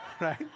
right